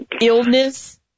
illness